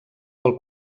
del